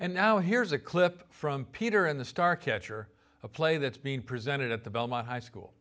and now here's a clip from peter in the star catcher a play that's being presented at the belmont high school